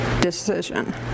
decision